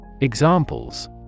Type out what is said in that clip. Examples